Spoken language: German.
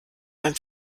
beim